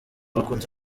bakunzi